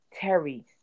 Terry